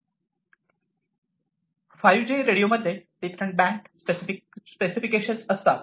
5G radio मध्ये different band specification असतात